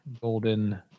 Golden